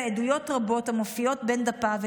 בעדויות רבות המופיעות בין דפיו,